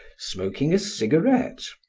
smoking a cigarette.